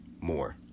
more